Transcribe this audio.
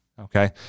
okay